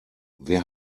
wer